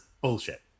bullshit